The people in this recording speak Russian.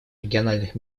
региональных